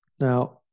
Now